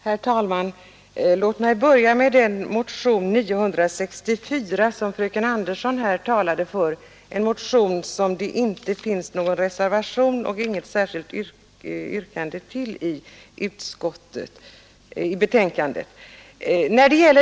Herr talman! Låt mig börja med motionen 964, som fröken Andersson i Stockholm talade för. Det är en motion som det inte finns någon reservation och inget särskilt yttrande till i betänkandet.